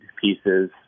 pieces